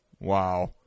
Wow